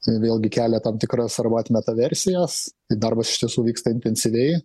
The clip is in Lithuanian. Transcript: tai vėlgi kelia tam tikras arba atmeta versijas tai darbas iš tiesų vyksta intensyviai